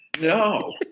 No